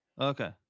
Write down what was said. Okay